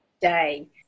day